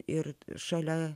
ir šalia